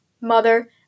mother